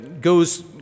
goes